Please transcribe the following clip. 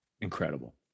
Incredible